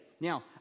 Now